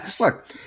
Look